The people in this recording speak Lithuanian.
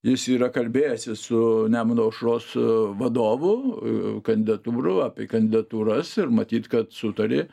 jis yra kalbėjęsis su nemuno aušros vadovu kandidatūrų apie kandidatūras ir matyt kad sutarė